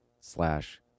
slash